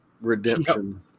redemption